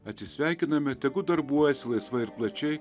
atsisveikiname tegu darbuojasi laisvai ir plačiai